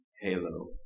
Halo